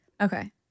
Okay